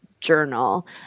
journal